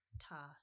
ta